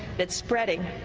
but spreading,